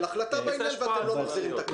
החלטה בעניין ואתם לא מחזירים את הכסף.